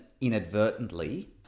inadvertently